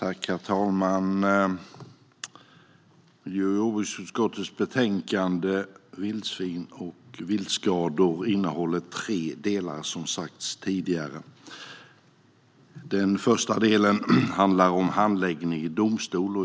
Herr talman! Miljö och jordbruksutskottets betänkande Vi l dsvin och viltskador innehåller som sagt tre delar. Den första delen handlar om handläggning i domstol.